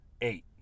Eight